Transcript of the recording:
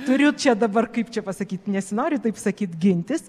turiu čia dabar kaip čia pasakyt nesinori taip sakyt gintis